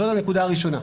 זאת הנקודה הראשונה.